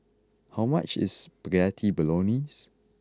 how much is Spaghetti Bolognese